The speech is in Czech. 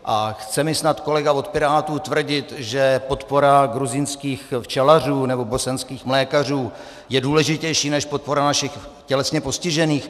A chce mi snad kolega od Pirátů tvrdit, že podpora gruzínských včelařů nebo bosenských mlékařů je důležitější než podpora našich tělesně postižených?